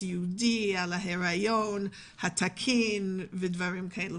הסיעודי על ההיריון התקין ודברים כאלו,